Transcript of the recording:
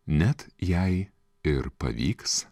net jei ir pavyks